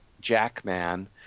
Jackman